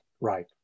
right